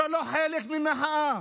זה לא חלק ממחאה,